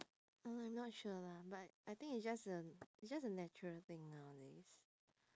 uh I'm not sure lah but I think it's just a it's just a natural thing nowadays